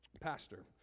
pastor